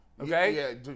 Okay